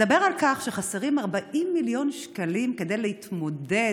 והוא מדבר על כך שחסרים 40 מיליון שקלים כדי להתמודד